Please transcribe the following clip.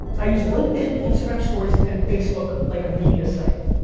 i use linkedin, instagram stories, and facebook like a media site.